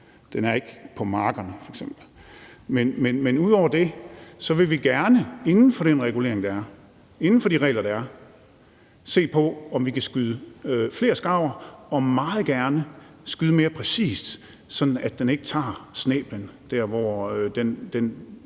Den er ikke på markerne, f.eks. Men ud over det vil vi gerne inden for den regulering, der er, inden for de regler, der er, se på, om vi kan skyde flere skarver og meget gerne skyde mere præcist, sådan at den ikke tager snæblen der, hvor der